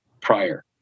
prior